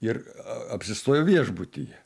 ir apsistojo viešbutyje